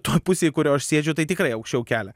toj pusėj kurioj aš sėdžiu tai tikrai aukščiau kelia